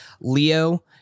leo